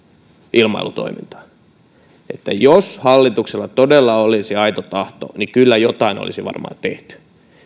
ilmailutoimintaa jos hallituksella todella olisi aito tahto niin kyllä jotain olisi varmaan tehty